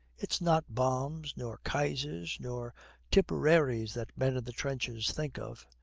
it's not bombs nor kaisers nor tipperary that men in the trenches think of,